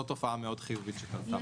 זאת תופעה חיובית מאוד שקרתה.